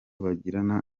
bagirana